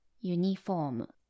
Uniform